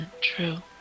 true